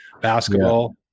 Basketball